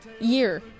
year